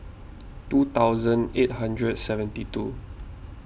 two thousand eight hundred seventy two